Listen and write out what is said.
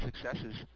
successes